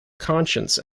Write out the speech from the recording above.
conscience